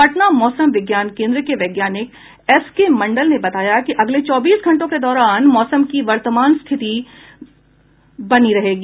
पटना मौसम विज्ञान केन्द्र के वैज्ञानिक एसके मंडल ने बताया है कि अगले चौबीस घंटों के दौरान मौसम की वर्तमान स्थिति बनी रहेगी